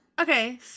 Okay